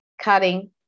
cutting